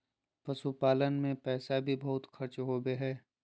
पशुपालन मे पैसा भी बहुत खर्च होवो हय